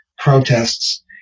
protests